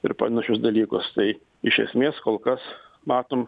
ir panašius dalykus tai iš esmės kol kas matom